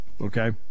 Okay